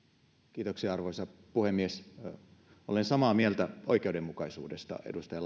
kiitoksia arvoisa puhemies olen samaa mieltä oikeudenmukaisuudesta edustaja